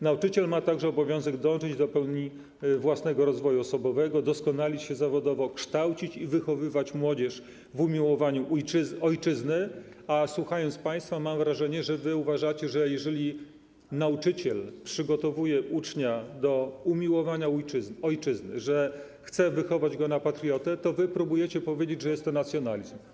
Nauczyciel ma także obowiązek dążyć do pełni własnego rozwoju osobowego, doskonalić się zawodowo, kształcić i wychowywać młodzież w umiłowaniu ojczyzny, a słuchając państwa, mam wrażenie, że uważacie, że jeżeli nauczyciel przygotowuje ucznia do umiłowania ojczyzny, że chce wychować go na patriotę, to wy próbujecie powiedzieć, że jest to nacjonalizm.